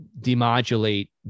demodulate